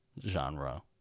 genre